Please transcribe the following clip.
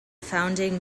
founding